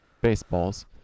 Baseballs